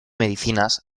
medicinas